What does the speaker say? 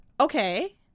okay